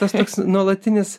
tas toks nuolatinis